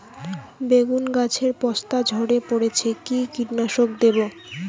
বেগুন গাছের পস্তা ঝরে পড়ছে কি কীটনাশক দেব?